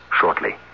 shortly